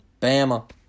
Bama